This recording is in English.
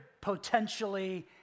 potentially